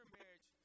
marriage